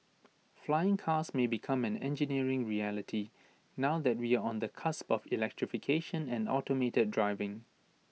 flying cars may become an engineering reality now that we are on the cusp of electrification and automated driving